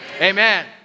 Amen